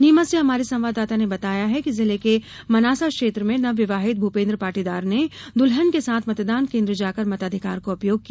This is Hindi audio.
नीमच से हमारे संवाददाता ने बताया है कि जिले के मनासा क्षेत्र में नवविवाहित भूपेन्द्र पाटीदार ने दुल्हन के साथ मतदान केंद्र जाकर मताधिकार का उपयोग किया